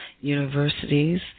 Universities